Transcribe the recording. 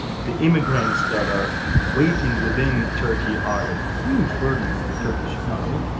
the immigrants that are waiting within turkey are a huge burden on the turkish economy.